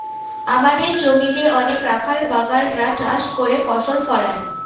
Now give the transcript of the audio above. আমাদের জমিতে অনেক রাখাল বাগাল রা চাষ করে ফসল ফলায়